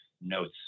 notes